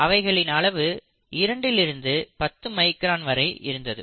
அவைகளின் அளவு 2 இல் இருந்து 10 மைக்ரான் வரை இருந்தது